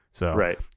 Right